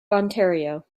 ontario